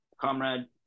Comrade